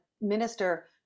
minister